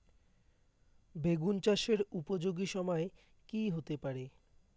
বেগুন চাষের উপযোগী সময় কি হতে পারে?